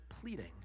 pleading